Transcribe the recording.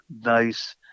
nice